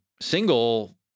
single